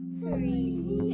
three